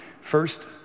First